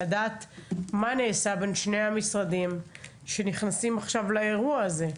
לדעת מה נעשה בין שני המשרדים שנכנסים עכשיו לאירוע הזה.